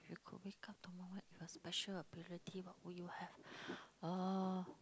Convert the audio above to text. if you could wake up tomorrow with a special ability what would you have uh